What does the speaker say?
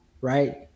right